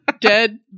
dead